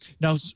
now